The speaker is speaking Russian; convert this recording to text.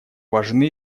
важны